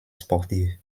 sportive